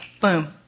boom